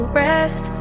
rest